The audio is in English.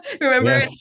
Remember